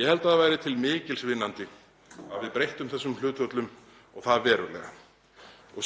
Ég held að það væri til mikils vinnandi að við breyttum þessum hlutföllum og það verulega.